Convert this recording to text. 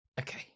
Okay